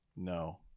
No